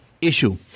Issue